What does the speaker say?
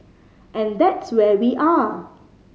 and that's where we are